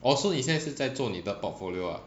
oh so 你现在是在做你的 portfolio lah